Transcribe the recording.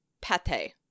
Pate